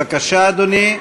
בבקשה, אדוני.